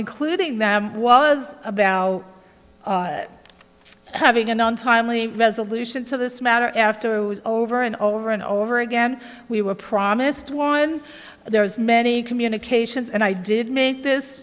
including them was about having an untimely resolution to this matter after it was over and over and over again we were promised one there was many communications and i did make this